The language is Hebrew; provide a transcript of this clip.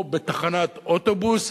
או בתחנת אוטובוס,